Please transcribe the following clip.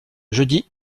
jeudi